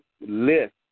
list